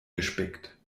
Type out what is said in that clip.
gespickt